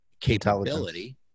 capability